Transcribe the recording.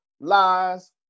lies